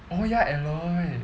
oh ya aloy